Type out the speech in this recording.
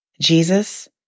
Jesus